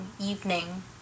evening